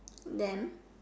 them